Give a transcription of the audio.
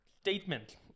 Statement